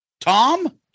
Tom